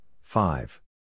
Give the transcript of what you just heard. five